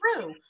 true